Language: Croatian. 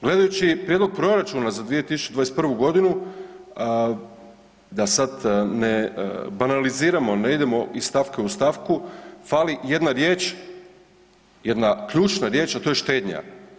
Gledajući prijedlog proračuna za 2021.g., da sad ne banaliziramo, ne idemo iz stavka u stavku, fali jedna riječ, jedna ključna riječ, a to je „štednja“